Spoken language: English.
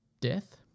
death